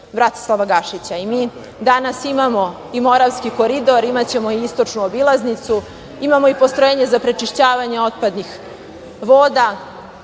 Bratislava Gašića i mi danas imamo i Moravski koridor. Imaćemo i istočnu obilaznicu. Imamo i postrojenje za prečišćavanje otpadnih voda.